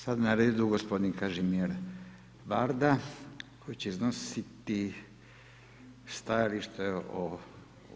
Sad na redu gospodin Kažim Varda koji će iznositi stajalište o